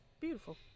beautiful